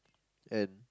and